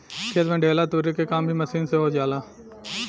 खेत में ढेला तुरे के काम भी मशीन से हो जाला